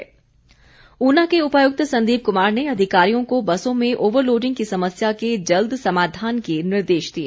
सड़क सुरक्षा ऊना के उपायुक्त संदीप कुमार ने अधिकारियों को बसों में ओवर लोडिंग की समस्या के जल्द समाधान के निर्देश दिए